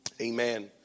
amen